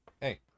Hey